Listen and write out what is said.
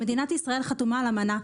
מדינת ישראל חתומה על אמנה,